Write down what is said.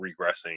regressing